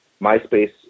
MySpace